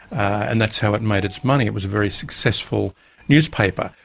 and that's how it made its money. it was a very successful newspaper.